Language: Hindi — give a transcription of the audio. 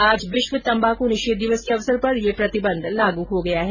आज विश्व तबाकू निषेध दिवस के अवसर पर ये प्रतिबंध लागू हो गया है